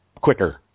quicker